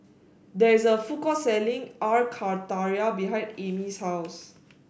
there is a food court selling Air Karthira behind Amey's house